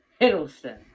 Hiddleston